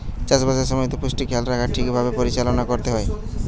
চাষ বাসের সময়তে পুষ্টির খেয়াল রাখা ঠিক ভাবে পরিচালনা করতে হয়